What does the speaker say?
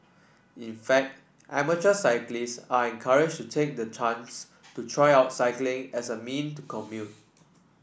in fact amateur cyclist are encouraged to take the chance to try out cycling as a mean of commute